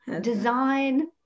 design